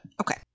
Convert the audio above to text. Okay